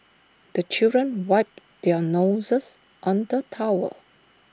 the children wipe their noses on the towel